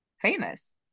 famous